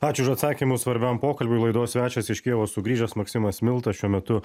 ačiū už atsakymus svarbiam pokalbiui laidos svečias iš kijevo sugrįžęs maksimas milta šiuo metu